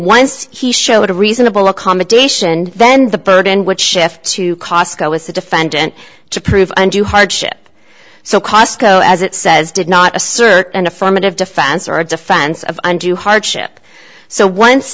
once he showed a reasonable accommodation then the burden which shifts to cosco with the defendant to prove undue hardship so cosco as it says did not assert an affirmative defense or a defense of undue hardship so once